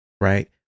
right